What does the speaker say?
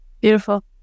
Beautiful